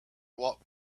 walked